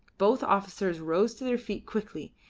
both officers rose to their feet quickly,